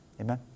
Amen